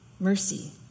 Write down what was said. mercy